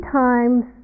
times